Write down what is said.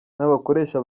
n’abakoresha